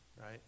right